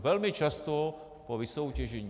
Velmi často po vysoutěžení.